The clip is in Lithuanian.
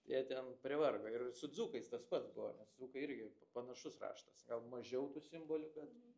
jie ten privargo ir su dzūkais tas pats buvo nes dzūkai irgi panašus raštas gal mažiau tų simbolių bet